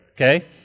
Okay